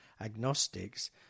agnostics